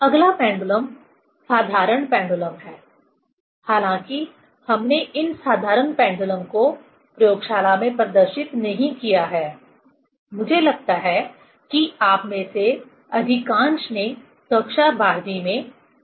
अगला पेंडुलम साधारण पेंडुलम है हालांकि हमने इन साधारण पेंडुलम को प्रयोगशाला में प्रदर्शित नहीं किया है मुझे लगता है कि आप में से अधिकांश ने कक्षा 12 में यह प्रयोग किया है